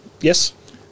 Yes